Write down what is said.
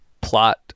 plot